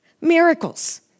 Miracles